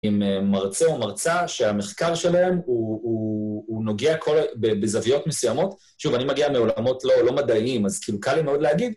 עם מרצה או מרצה שהמחקר שלהם הוא נוגע בזוויות מסוימות. שוב, אני מגיע מעולמות לא מדעיים, אז כאילו קל לי מאוד להגיד.